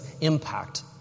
impact